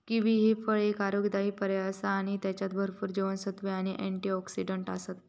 kiwi ह्या फळ एक आरोग्यदायी पर्याय आसा आणि त्येच्यात भरपूर जीवनसत्त्वे आणि अँटिऑक्सिडंट आसत